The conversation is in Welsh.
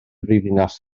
brifddinas